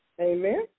Amen